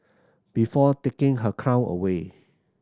before taking her crown away